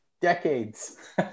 decades